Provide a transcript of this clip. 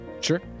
sure